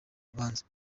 rubanza